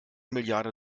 milliarde